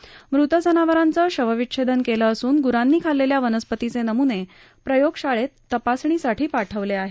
या मृत जनावरांचं शवविच्छेदन केलं असून ग्रांनी खाल्लेल्या वनस्पतीचे नमूने प्रयोगशाळेत तपासणीसाठी पाठवले आहेत